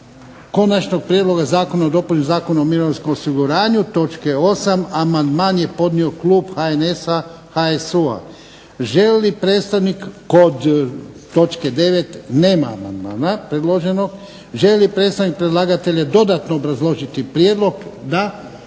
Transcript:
Konačnog prijedloga zakona o dopuni zakona o mirovinskom osiguranju točke 8. Amandman je podnio Klub HNS HSU-a. Želi li predstavnik predlagatelja dodatno obrazložiti prijedlog? Da.